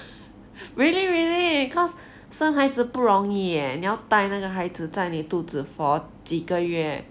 really really because 生孩子不容易 eh 你要带那个孩子在你的肚子 for 几个月